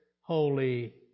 holy